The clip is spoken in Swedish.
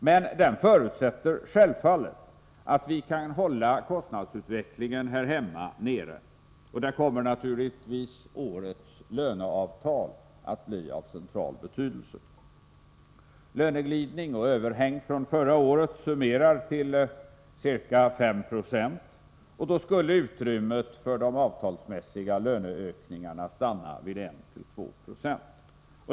Men den förutsätter självfallet att vi kan hålla kostnadsutvecklingen här hemma nere, och där kommer naturligtvis årets löneavtal att bli av central betydelse. Löneglidning och överhäng från förra året summeras till ca 596, och då skulle utrymmet för de avtalsmässiga löneökningarna stanna vid 1-2 20.